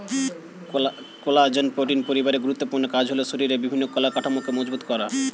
collagen protein পরিবারের গুরুত্বপূর্ণ কাজ হলো শরীরের বিভিন্ন কলার কাঠামোকে মজবুত করা